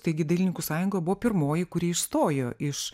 taigi dailininkų sąjunga buvo pirmoji kuri išstojo iš